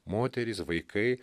moterys vaikai